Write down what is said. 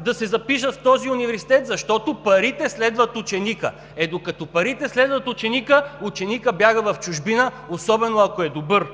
да се запишат в този университет, защото парите следват ученика. Е, докато парите следват ученика, ученика бяга в чужбина, особено ако е добър.